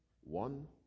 one